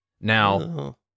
Now